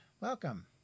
welcome